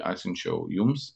atsiunčiau jums